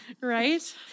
right